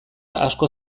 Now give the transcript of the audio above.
asko